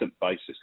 basis